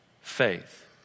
faith